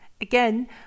Again